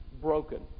Broken